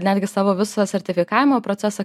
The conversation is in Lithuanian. netgi savo visą sertifikavimo procesą